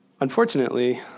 Unfortunately